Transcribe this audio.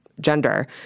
gender